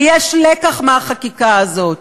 ויש לקח מהחקיקה הזאת: